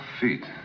feet